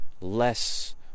less